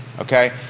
okay